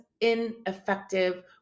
ineffective